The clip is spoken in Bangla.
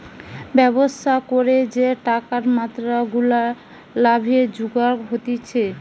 ব্যবসা করে যে টাকার মাত্রা গুলা লাভে জুগার হতিছে